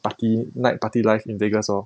party night party life in vegas lor